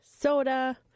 soda